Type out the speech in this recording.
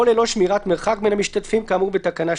או ללא שמירת מרחק בין המשתתפים כאמור בתקנה 3,